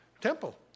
temple